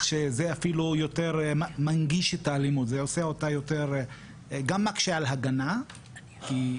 אני כן חושב שהדברים נמצאים כן בכלים שאנחנו מפתחים,